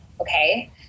Okay